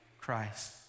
Christ